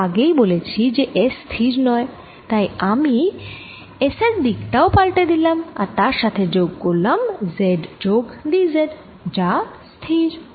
আমরা আগেই বলেছি যে S স্থির নয় তাই আমি S এর দিক টাও পালটে দিলাম তার সাথে যোগ করলাম z যোগ dz যা স্থির